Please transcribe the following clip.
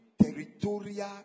Territorial